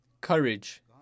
courage